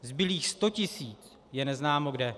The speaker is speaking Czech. Zbylých 100 tisíc je neznámo kde.